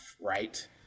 right